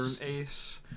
Ace